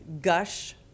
gush